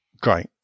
Great